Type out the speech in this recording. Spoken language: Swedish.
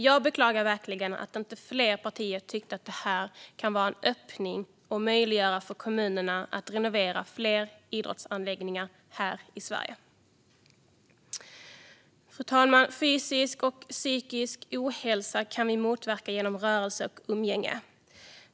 Jag beklagar verkligen att inte fler partier tyckte att detta kan vara en öppning och en möjlighet för kommunerna att renovera fler idrottsanläggningar här i Sverige. Fru talman! Fysisk och psykisk ohälsa kan vi motverka genom rörelse och umgänge.